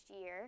year